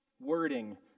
wording